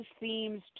themes